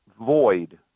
void